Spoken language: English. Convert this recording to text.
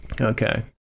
Okay